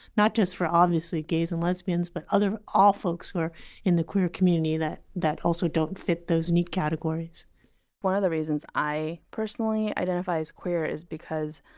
not just for obviously gays and lesbians, but all folks who are in the queer community that that also don't fit those neat categories one of the reasons i personally identify as queer is because